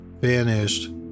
vanished